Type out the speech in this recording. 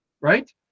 Right